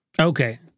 okay